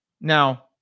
now